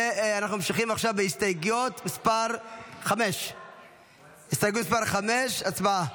אנחנו ממשיכים עכשיו להסתייגות מס' 5, הצבעה.